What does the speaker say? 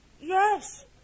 yes